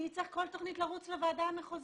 אני אצטרך על כל תכנית לרוץ לוועדה המחוזית,